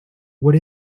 what